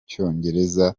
cyongereza